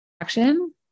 action